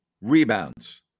rebounds